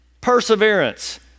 perseverance